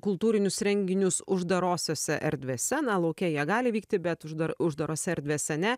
kultūrinius renginius uždarosiose erdvėse na lauke jie gali vykti bet uždar uždarose erdvėse ne